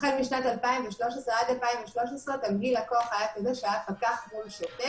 עד שנת 2013 תמהיל הכוח היה פקח אחד מול שוטר אחד.